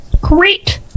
Great